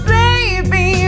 baby